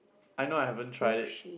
I know I haven't tried it